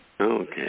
okay